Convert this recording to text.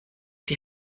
die